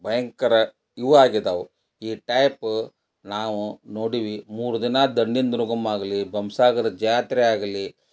ಭಯಂಕರ ಇವು ಆಗಿದಾವು ಈ ಟೈಪು ನಾವು ನೋಡೀವಿ ಮೂರು ದಿನ ದಂಡಿನ ದುರ್ಗಮ್ಮ ಆಗಲಿ ಬೊಮ್ಮಸಾಗರ ಜಾತ್ರೆಯಾಗಲಿ